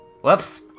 Whoops